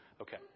Okay